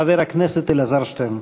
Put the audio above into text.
חבר הכנסת אלעזר שטרן.